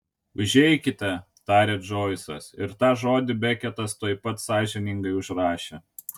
užeikite tarė džoisas ir tą žodį beketas tuoj pat sąžiningai užrašė